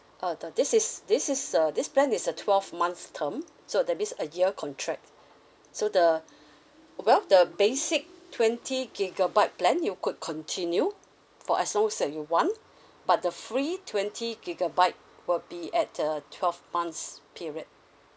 oh the this is this is uh this plan is a twelve month term so that means a year contract so the well the basic twenty gigabyte plan you could continue for as long as you want but the free twenty gigabyte will be at uh twelve months period